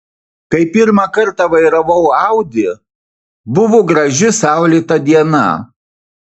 kai pirmą kartą vairavau audi buvo graži saulėta diena